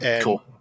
Cool